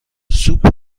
سوپ